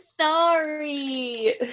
sorry